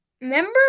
Remember